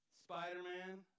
Spider-Man